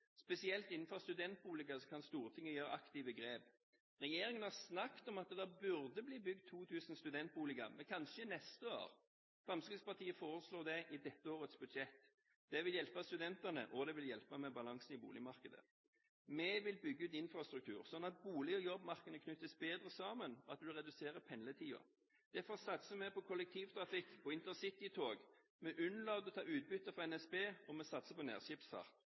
Spesielt innenfor studentboliger kan Stortinget gjøre aktive grep. Regjeringen har snakket om at det burde bli bygd 2 000 studentboliger, men kanskje neste år. Fremskrittspartiet foreslår det i dette årets budsjett. Det vil hjelpe studentene, og det vil hjelpe med balansen i boligmarkedet. Vi vil bygge ut infrastruktur, sånn at bolig- og jobbmarkedene knyttes bedre sammen og man reduserer pendlertiden. Derfor satser vi på kollektivtrafikk og intercitytog. Vi unnlater å ta utbytte fra NSB, og vi satser på